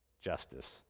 justice